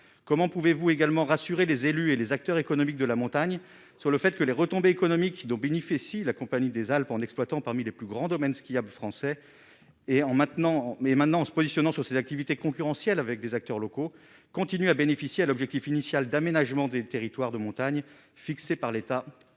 comment pouvez-vous également rassurer les élus et les acteurs économiques de la montagne sur le fait que les retombées économiques dont bénéficie la Compagnie des Alpes, en exploitant parmi les plus grands domaines, ce qu'il y a français et en maintenant mais maintenant en se positionnant sur ses activités concurrentielles avec des acteurs locaux continuent à bénéficier à l'objectif initial d'aménagement des territoires de montagne fixé par l'État à